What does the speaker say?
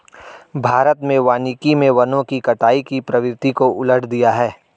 भारत में वानिकी मे वनों की कटाई की प्रवृत्ति को उलट दिया है